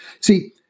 See